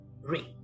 ring